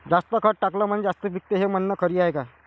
जास्त खत टाकलं म्हनजे जास्त पिकते हे म्हन खरी हाये का?